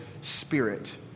spirit